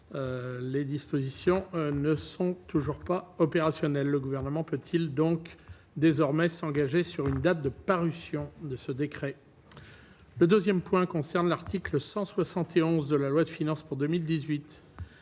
les dispositions ne sont toujours pas opérationnels, le gouvernement peut-il donc désormais s'engager sur une date de parution de ce décret, le 2ème point concerne l'article 171 de la loi de finances pour 2018,